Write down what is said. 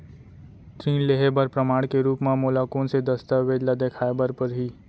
ऋण लिहे बर प्रमाण के रूप मा मोला कोन से दस्तावेज ला देखाय बर परही?